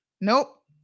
Nope